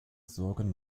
sorgen